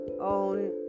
own